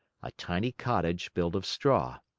a tiny cottage built of straw.